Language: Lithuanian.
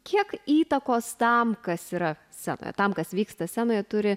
kiek įtakos tam kas yra scenoje tam kas vyksta scenoje turi